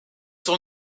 sont